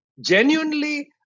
genuinely